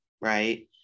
right